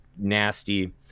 nasty